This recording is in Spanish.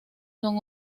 son